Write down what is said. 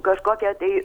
kažkokia ateiti